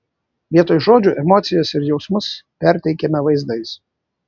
vietoj žodžių emocijas ir jausmus perteikiame vaizdais